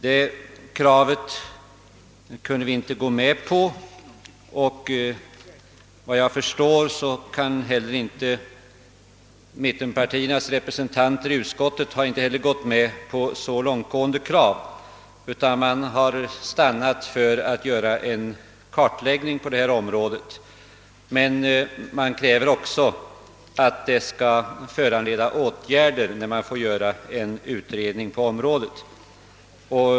Det kravet kunde vi inte tillgodose, och såvitt jag förstår har inte heller mittenpartiernas representanter i utskottet gått med på så långtgående krav, utan stannat för att föreslå en kartläggning av detta område. Men de kräver också att en utredning på området skall resultera i åtgärder.